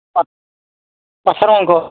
পাট পাঠাৰ মাংস